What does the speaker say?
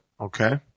Okay